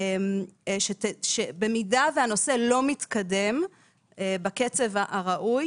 במידה שהנושא לא מתקדם בקצב הראוי,